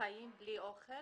חיים בלי אוכל,